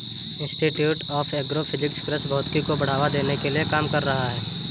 institute of agro physics कृषि भौतिकी को बढ़ावा देने के लिए काम कर रहा है